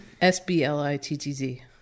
S-B-L-I-T-T-Z